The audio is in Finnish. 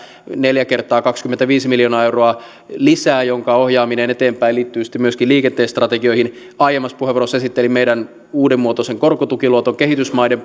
neljä kertaa kaksikymmentäviisi miljoonaa euroa lisää jonka ohjaaminen eteenpäin liittyy sitten myöskin liikenteen strategioihin aiemmassa puheenvuorossa esittelin meidän uudenmuotoisen korkotukiluottomme kehitysmaiden